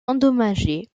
endommagée